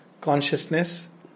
consciousness